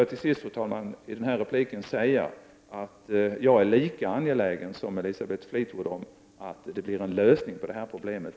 Jag vill till sist i detta inlägg säga att jag är lika angelägen som Elisabeth Fleetwood om att vi får en lösning på problemet.